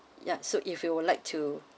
ya so if you would like to